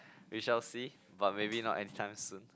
we shall see but maybe not anytime soon